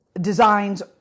designs